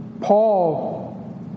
Paul